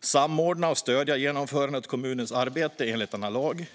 samordna och stödja genomförandet av kommunens arbete enligt denna lag.